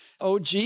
OG